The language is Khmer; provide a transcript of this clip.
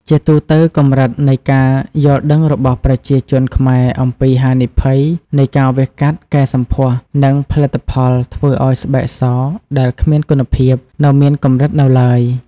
ជាទូទៅ កម្រិតនៃការយល់ដឹងរបស់ប្រជាជនខ្មែរអំពីហានិភ័យនៃការវះកាត់កែសម្ផស្ស និងផលិតផលធ្វើឱ្យស្បែកសដែលគ្មានគុណភាព នៅមានកម្រិតនៅឡើយ។